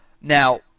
Now